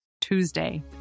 Tuesday